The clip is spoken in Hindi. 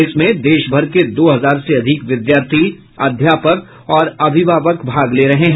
इसमें देशभर के दो हजार से अधिक विद्यार्थी अध्यापक और अभिभावक भाग ले रहे हैं